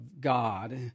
God